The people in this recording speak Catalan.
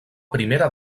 primera